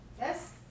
Yes